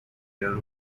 یارو